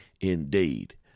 indeed